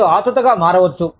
మీరు ఆత్రుతగా మారవచ్చు